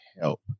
help